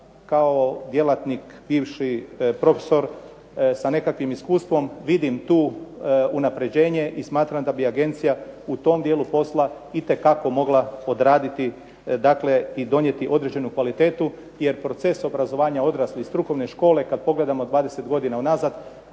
kao djelatnik bivši profesor, sa nekakvim iskustvom, vidim tu unapređenje i smatram da bi agencija u tom dijelu posla itekako mogla odraditi dakle i donijeti određenu kvalitetu, jer proces obrazovanja odraslih, strukovne škole, kad pogledamo 20 godina unazad